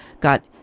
got